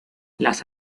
las